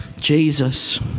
Jesus